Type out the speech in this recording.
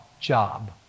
job